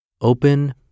open